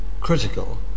critical